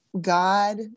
God